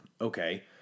Okay